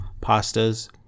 pastas